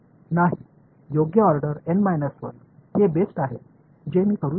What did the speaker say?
नाही योग्य order N 1 हे बेस्ट आहे जे मी करू शकतो